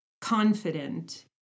confident